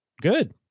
Good